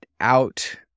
out